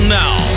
now